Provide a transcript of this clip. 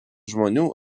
žmonių